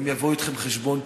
הם יבואו איתכם חשבון,